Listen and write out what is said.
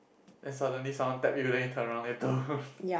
then suddenly someone tap you then you turn around then